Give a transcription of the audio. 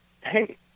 hey